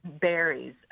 berries